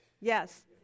Yes